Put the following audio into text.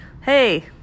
Hey